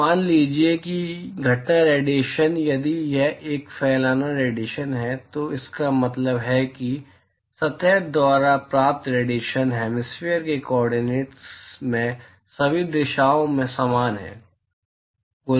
तो मान लीजिए कि घटना रेडिएशन यदि यह एक फैलाना रेडिएशन है तो इसका मतलब है कि सतह द्वारा प्राप्त रेडिएशन हैमिस्फेरिकल के कोर्डिनेट्स में सभी दिशाओं में समान है